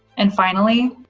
and finally,